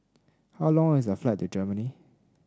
how long is the flight to Germany